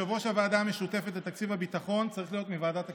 שיושב-ראש הוועדה המשותפת לתקציב הביטחון צריך להיות מוועדת הכספים.